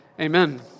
Amen